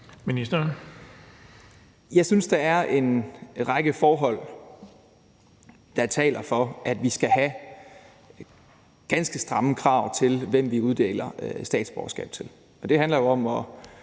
Madsen): Jeg synes, at der er en række forhold, der taler for, at vi skal have ganske stramme krav til, hvem vi uddeler statsborgerskab til. Det handler jo om at